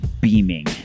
beaming